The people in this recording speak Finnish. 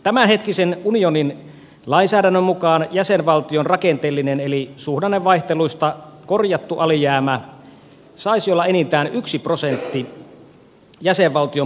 tämänhetkisen unionin lainsäädännön mukaan jäsenvaltion rakenteellinen eli suhdannevaihteluista korjattu alijäämä saisi olla enintään yksi prosentti jäsenvaltion bruttokansantuotteesta